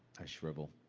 i shrivel.